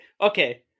okay